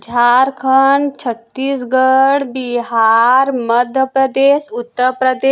Jharkhand Chhattisgarh Bihar Madhya Pradesh Uttar Pradesh